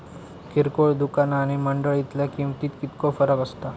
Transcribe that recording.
किरकोळ दुकाना आणि मंडळीतल्या किमतीत कितको फरक असता?